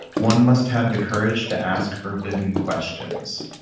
one must have the courage to ask forbidden questions,